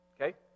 okay